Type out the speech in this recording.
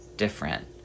different